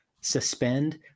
suspend